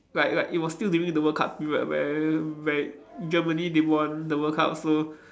like like it was still during the world cup period where where Germany didn't won the world cup so